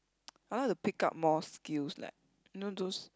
I like to pick up more skills leh you know those